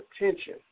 attention